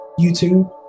YouTube